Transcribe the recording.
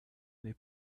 they